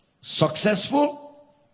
Successful